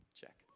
Check